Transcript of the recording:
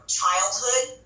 childhood